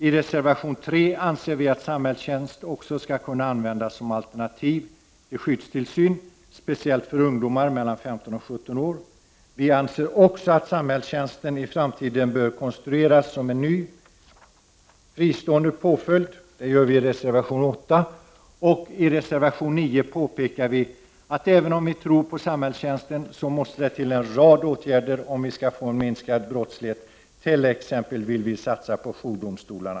I reservation 3 anser vi att samhällstjänst skall kunna användas också såsom alternativ till skyddstillsyn, speciellt för ungdomar mellan 15 och 17 år. I reservation 8 framhåller vi att samhällstjänsten i framtiden bör konstrueras såsom en ny fristående påföljd. I reservation 9 påpekar vi att det även om vi tror på samhällstjänsten måste till en rad åtgärder, om vi skall få en minskad brottslighet. Vi vill t.ex. satsa på jourdomstolar.